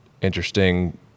interesting